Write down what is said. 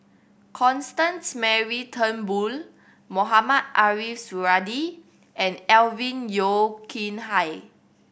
Constance Mary Turnbull Mohamed Ariff Suradi and Alvin Yeo Khirn Hai